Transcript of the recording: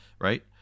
right